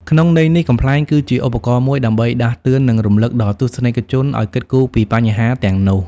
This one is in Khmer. ក្នុងន័យនេះ កំប្លែងគឺជាឧបករណ៍មួយដើម្បីដាស់តឿន និងរំលឹកដល់ទស្សនិកជនឲ្យគិតគូរពីបញ្ហាទាំងនោះ។